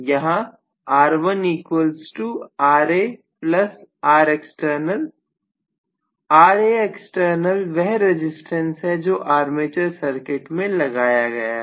जहां R1RaRext Raext वह resistance है जो आर्मेचर सर्किट में लगाया गया है